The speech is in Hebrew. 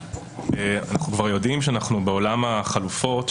אנחנו כבר יודעים שאנחנו בעולם החלופות,